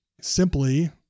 Simply